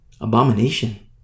Abomination